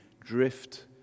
drift